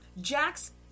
Jack's